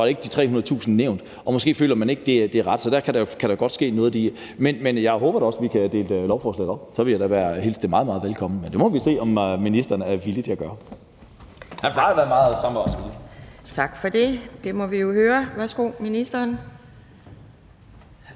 ikke nævnt. Måske føler man ikke, at det er det rette, så derfor kan der jo godt ske noget der. Men jeg håber da også, at vi kan dele lovforslaget op. Så vil jeg da hilse det meget, meget velkommen. Men det må vi se om ministeren er villig til at gøre. Han svarede da meget samarbejdsvilligt. Kl. 11:48 Anden næstformand